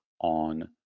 on